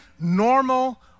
normal